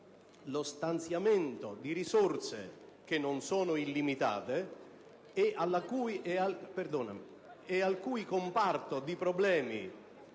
stanziamento di risorse, che non sono illimitate, e al cui comparto di problemi